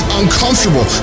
uncomfortable